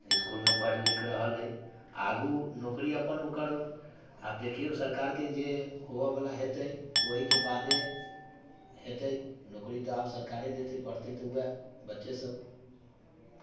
इस्कुलमे पढ़ि लिख रहल अइ आगू नौकरी अपन ओकर आब देखियौ सरकार के जे होबयवला हेतै ओहिके बादे हेतै नौकरी तऽ आब सरकारे देतै पढ़तै तऽ उएह बच्चेसभ